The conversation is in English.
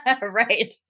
Right